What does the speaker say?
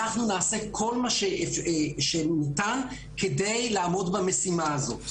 אנחנו נעשה כל מה שניתן כדי לעמוד במשימה הזו.